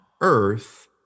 Earth